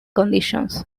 conditions